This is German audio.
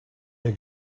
der